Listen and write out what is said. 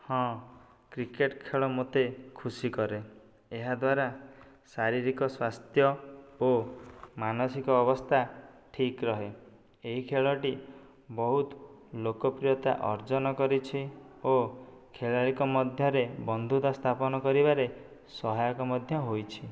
ହଁ କ୍ରିକେଟ୍ ଖେଳ ମୋତେ ଖୁସି କରେ ଏହା ଦ୍ୱାରା ଶାରୀରିକ ସ୍ୱାସ୍ଥ୍ୟ ଓ ମାନସିକ ଅବସ୍ଥା ଠିକ୍ ରୁହେ ଏହି ଖେଳଟି ବହୁତ ଲୋକପ୍ରିୟତା ଅର୍ଜନ କରିଛି ଓ ଖେଳାଳିଙ୍କ ମଧ୍ୟରେ ବନ୍ଧୁତା ସ୍ଥାପନ କରିବାରେ ସହାୟକ ମଧ୍ୟ ହୋଇଛି